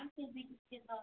آ فِزیٖکٕس کِتاب